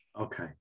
Okay